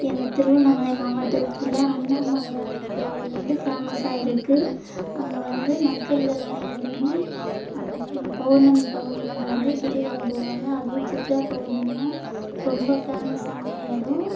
எங்கள் திருவண்ணாமலை மாவட்டத்தில் அண்ணாமலையார் கோவில் வந்து ஃபேமஸாக இருக்கு அங்கே வந்து மக்கள்கள் அனைவருமே பவுர்ணமி பவுர்ணமிக்கு வந்து கிரிவலம் போவாங்க அதுவும் சித்ரா பவுர்ணமின்னா ரொம்ப ஃபேமஸான இடோம்